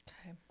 Okay